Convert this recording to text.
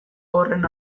horren